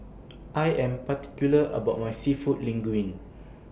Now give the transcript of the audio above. I Am particular about My Seafood Linguine